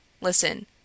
Listen